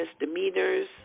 misdemeanors